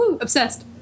obsessed